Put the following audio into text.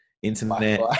Internet